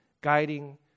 guiding